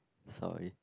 sorry